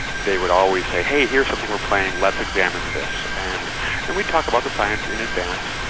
they would always say, hey, here's something we're planning, let's examine this', and and we'd talk about the science in advance,